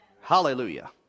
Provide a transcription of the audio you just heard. Hallelujah